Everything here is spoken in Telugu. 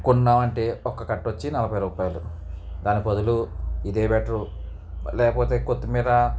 కొన్నాం అంటే ఒక్క కట్టవచ్చి నలభై రూపాయలు దాని బదులు ఇదే బెటరు లేకపోతే కొత్తిమీర